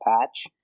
patch